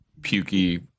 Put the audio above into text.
pukey